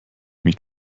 mich